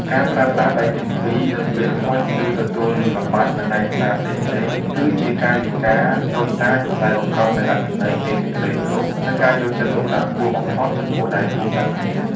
ការប្រើប្រាស់ដៃទាំងពីរនៅពេលហុច ឬទទួលនាមប័ណ្ណ និងឯកសារផ្សេងៗ គឺជាកាយវិការតូចតាចដែលបង្កប់នូវអត្ថន័យនៃសេចក្ដីគោរព និងការយកចិត្តទុកដាក់ខ្ពស់បំផុតចំពោះដៃគូសន្ទនា។